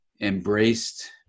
embraced